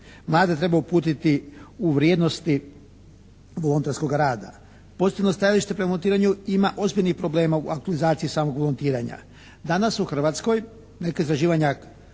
Vlada treba uputiti u vrijednosti volonterskoga rada. Pozitivno stajalište prema volontiranju ima ozbiljnih problema u …/Govornik se ne razumije./… samog volontiranja. Danas u Hrvatskoj neka istraživanja